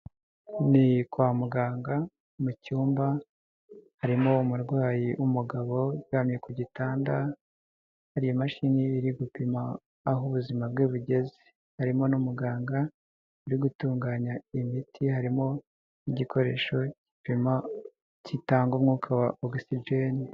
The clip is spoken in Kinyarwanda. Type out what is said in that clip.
Ni kwa muganga mu cyumba, harimo umurwayi w'umugabo uryamye ku gitanda, hari imashini iri gupima aho ubuzima bwe bugeze. Harimo n'umuganga uri gutunganya imiti, harimo igikoresho gipima, kitanga umwuka wa ogisigene.